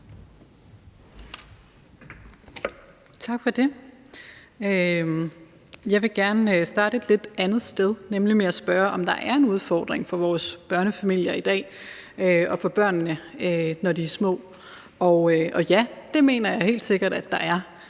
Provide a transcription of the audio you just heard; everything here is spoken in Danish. Jeg vil gerne starte et lidt andet sted, nemlig med at spørge, om der er en udfordring for vores børnefamilier i dag og for børnene, når de er små. Og ja, det mener jeg helt sikkert at der er.